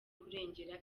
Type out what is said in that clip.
kurengera